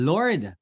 Lord